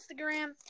Instagram